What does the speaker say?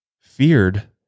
feared